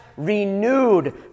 renewed